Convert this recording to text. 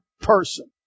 person